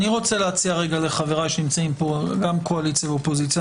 אני רוצה להציע לחבריי שנמצאים פה גם מהקואליציה וגם מהאופוזיציה,